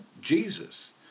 Jesus